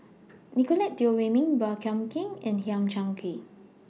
Nicolette Teo Wei Min Baey Yam Keng and Hang Chang Chieh